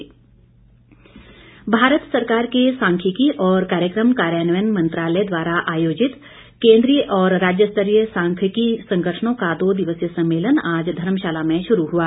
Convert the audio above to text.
सम्मेलन भारत सरकार के सांख्यिकी और कार्यक्रम कार्यान्वयन मंत्रालय द्वारा आयोजित केन्द्रीय और राज्य स्तरीय सांख्यिकीय संगठनों का दो दिवसीय सम्मेलन आज धर्मशाला में शुरू हुआ